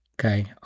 Okay